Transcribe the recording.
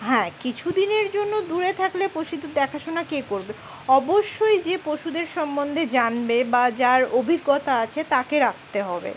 হ্যাঁ কিছু দিনের জন্য দূরে থাকলে পশুদের দেখাশোনা কে করবে অবশ্যই যে পশুদের সম্বন্ধে জানবে বা যার অভিজ্ঞতা আছে তাকে রাখতে হবে